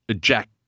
Jack